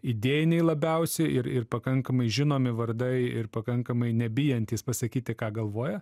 idėjiniai labiausiai ir ir pakankamai žinomi vardai ir pakankamai nebijantys pasakyti ką galvoja